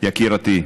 יקירתי,